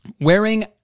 wearing